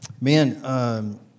man